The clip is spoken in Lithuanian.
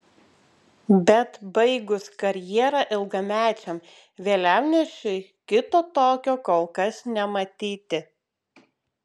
bet baigus karjerą ilgamečiam vėliavnešiui kito tokio kol kas nematyti